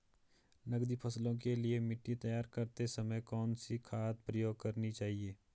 नकदी फसलों के लिए मिट्टी तैयार करते समय कौन सी खाद प्रयोग करनी चाहिए?